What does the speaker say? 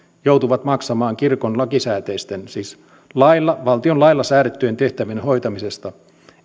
joutuvat maksamaan kirkon lakisääteisten siis valtion lailla säädettyjen tehtävien hoitamisesta